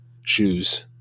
shoes